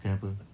kenapa